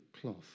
cloth